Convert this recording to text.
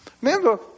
Remember